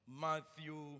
Matthew